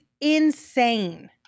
insane